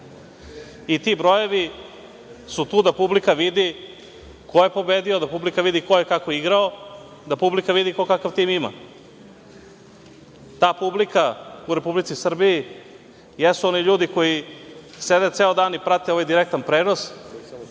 i ti brojevi su tu da publika vidi ko je pobedio, da publika vidi ko je kako igrao, da publika vidi ko kakav tim ima. Ta publika u Republici Srbiji jesu oni ljudi koji sede ceo dan i prate ovaj direktni prenos